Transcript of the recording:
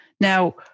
Now